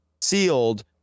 sealed